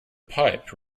pipe